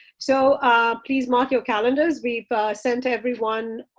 so please mark your calendars. we've sent everyone